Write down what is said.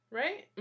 right